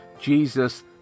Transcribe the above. Jesus